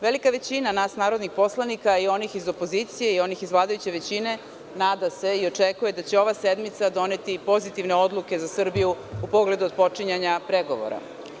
Velika većina nas narodnih poslanika, i onih iz opozicije i onih iz vladajuće većine, nada se i očekuje da će ova sednica doneti pozitivne odluke za Srbiju u pogledu otpočinjanja pregovora.